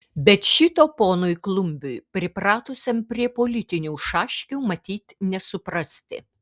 bet šito ponui klumbiui pripratusiam prie politinių šaškių matyt nesuprasti